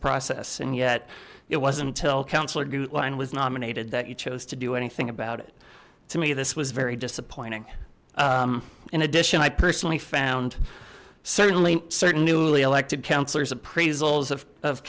process and yet it was until councilor gute line was nominated that you chose to do anything about it to me this was very disappointing in addition i personally found certainly certain newly elected councillors appraisals of